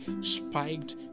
spiked